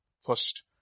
First